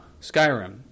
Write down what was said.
Skyrim